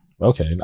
Okay